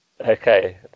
Okay